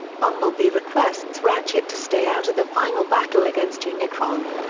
bumblebee requests ratchet to stay out of the final battle against unicron.